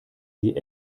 sie